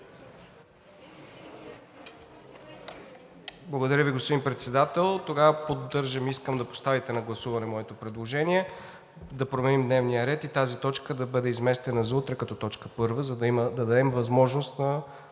Благодаря Ви, господин Председател. Тогава поддържам и искам да поставите на гласуване моето предложение – да променим дневния ред и тази точка да бъде изместена за утре като точка първа, за да дадем възможност на